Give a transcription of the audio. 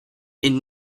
and